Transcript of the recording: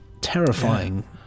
terrifying